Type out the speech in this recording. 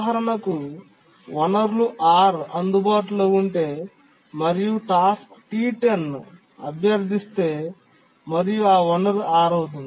ఉదాహరణకు వనరులు R అందుబాటులో ఉంటే మరియు టాస్క్ T10 అభ్యర్థిస్తే మరియు వనరు R